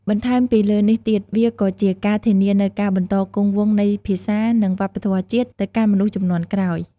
បន្ថែមពីលើនេះទៀត វាក៏ជាការធានានូវការបន្តគង់វង្សនៃភាសា និងវប្បធម៌ជាតិទៅកាន់មនុស្សជំនាន់ក្រោយ។